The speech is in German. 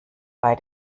bei